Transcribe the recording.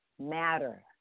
matter